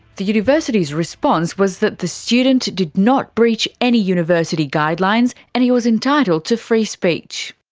the university's response was that the student did not breach any university guidelines and he was entitled to free speech.